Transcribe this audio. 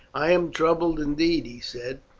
i am troubled indeed, he said,